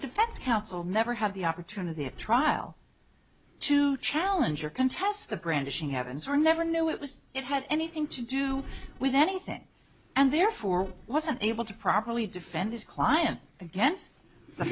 defense counsel never had the opportunity at trial to challenge or contest the brandishing happens or never knew it was it had anything to do with anything and therefore wasn't able to properly defend his client against the